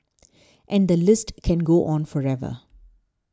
and the list can go on forever